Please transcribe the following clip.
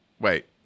wait